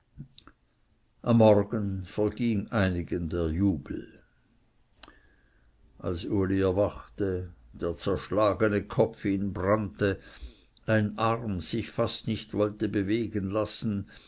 am morgen verging einigen der jubel als uli erwachte der zerschlagene kopf ihn brannte ein arm sich fast nicht wollte bewegen lassen